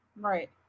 right